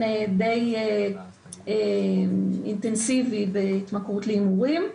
דיי אינטנסיבי בהתמכרות להימורים,